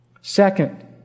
Second